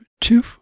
two